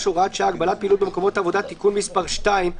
(הוראת שעה) (הגבלת פעילות במקומות עבודה) (תיקון מס' 2),